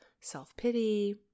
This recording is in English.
self-pity